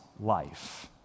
life